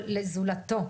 או לזולתו",